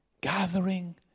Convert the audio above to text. gathering